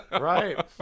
Right